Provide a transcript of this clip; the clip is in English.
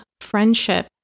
friendship